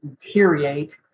deteriorate